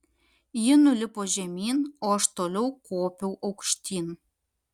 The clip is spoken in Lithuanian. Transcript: ji nulipo žemyn o aš toliau kopiau aukštyn